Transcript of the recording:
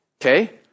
Okay